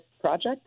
project